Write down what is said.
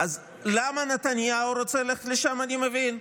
למה נתניהו רוצה ללכת לשם, אני מבין: